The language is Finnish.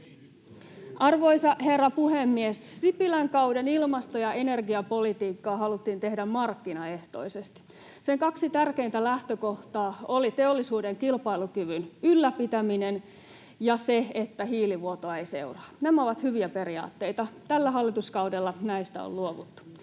Arvoisa herra puhemies! Sipilän kauden ilmasto- ja energiapolitiikkaa haluttiin tehdä markkinaehtoisesti. Sen kaksi tärkeintä lähtökohtaa olivat teollisuuden kilpailukyvyn ylläpitäminen ja se, että hiilivuotoa ei seuraa. Nämä ovat hyviä periaatteita. Tällä hallituskaudella näistä on luovuttu.